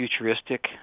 futuristic